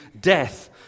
death